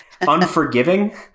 unforgiving